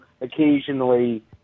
occasionally